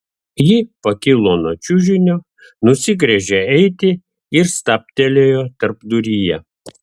ji pakilo nuo čiužinio nusigręžė eiti ir stabtelėjo tarpduryje